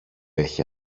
έχει